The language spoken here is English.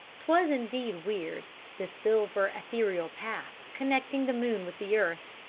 twas indeed weird this silver ethereal path connecting the moon with the earth,